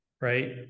right